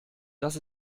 dass